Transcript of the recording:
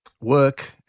work